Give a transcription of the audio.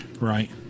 right